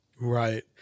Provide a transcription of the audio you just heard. Right